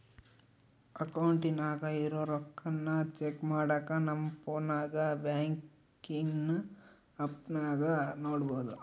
ಅಕೌಂಟಿನಾಗ ಇರೋ ರೊಕ್ಕಾನ ಚೆಕ್ ಮಾಡಾಕ ನಮ್ ಪೋನ್ನಾಗ ಬ್ಯಾಂಕಿನ್ ಆಪ್ನಾಗ ನೋಡ್ಬೋದು